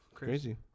Crazy